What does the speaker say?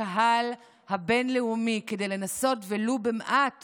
לקהל הבין-לאומי, כדי לנסות ולו במעט